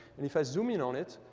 and if i zoom in on it,